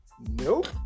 Nope